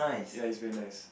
ya is very nice